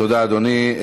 תודה, אדוני.